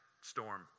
storm